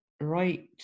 right